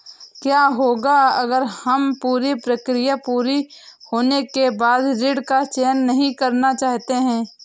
क्या होगा अगर हम पूरी प्रक्रिया पूरी होने के बाद ऋण का चयन नहीं करना चाहते हैं?